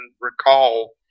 recall